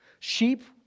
Sheep